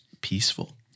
peaceful